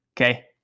Okay